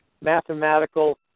mathematical